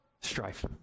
strife